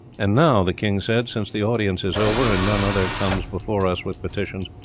and now, the king said, since the audience is over, and none other comes before us with petitions,